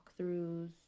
walkthroughs